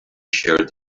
sheared